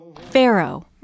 pharaoh